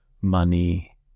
money